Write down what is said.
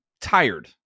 tired